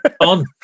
on